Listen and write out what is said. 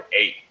eight